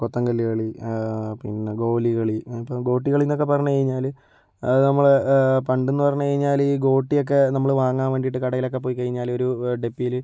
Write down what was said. കൊത്തൻ കല്ല് കളി പിന്നെ ഗോലി കളി ഇപ്പം ഗോട്ടികളി എന്നൊക്കെ പറഞ്ഞ് കഴിഞ്ഞാൽ അത് നമ്മൾ പണ്ടെന്ന് പറഞ്ഞ് കഴിഞ്ഞാൽ ഈ ഗോട്ടി ഒക്കെ നമ്മൾ വാങ്ങാൻ വേണ്ടീട്ട് കടയിലൊക്കെ പോയി കഴിഞ്ഞാൽ ഒരു ഡപ്പീയിൽ